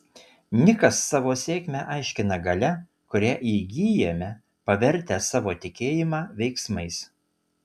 nikas savo sėkmę aiškina galia kurią įgyjame pavertę savo tikėjimą veiksmais